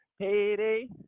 Payday